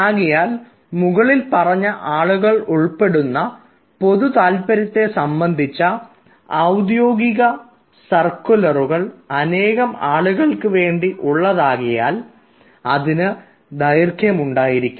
ആകയാൽ മുകളിൽ പറഞ്ഞ ആളുകൾ ഉൾപ്പെടുത്തുന്ന പൊതു താല്പര്യത്തെ സംബന്ധിച്ച ഔദ്യോഗിക സർക്കുലറുകൾ അനേകം ആളുകൾക്ക് വേണ്ടി ഉള്ളതാകയാൽ അതിന് ദൈർഘ്യം ഉണ്ടായിരിക്കും